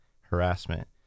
harassment